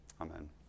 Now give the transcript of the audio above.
Amen